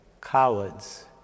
cowards